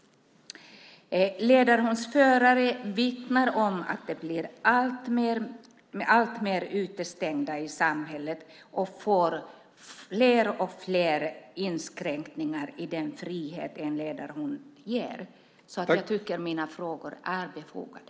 Ledarhundsförare vittnar om att de blir alltmer utestängda i samhället och får fler och fler inskränkningar i den frihet som en ledarhund ger. Jag tycker därför att mina frågor är befogade.